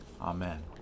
Amen